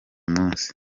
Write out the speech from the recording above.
munsi